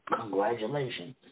congratulations